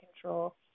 control